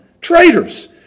traitors